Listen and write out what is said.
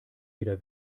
wieder